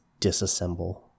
disassemble